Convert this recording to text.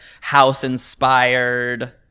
house-inspired